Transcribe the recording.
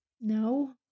No